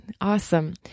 Awesome